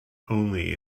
only